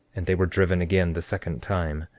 and they were driven again the second time.